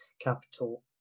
capital